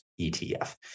ETF